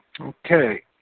Okay